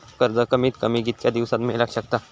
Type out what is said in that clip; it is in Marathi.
कर्ज कमीत कमी कितक्या दिवसात मेलक शकता?